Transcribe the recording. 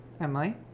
Emily